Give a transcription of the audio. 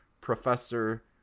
Professor